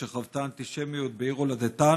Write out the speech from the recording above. שחוותה אנטישמיות בעיר הולדתה,